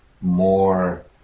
more